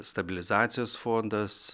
stabilizacijos fondas